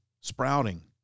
sprouting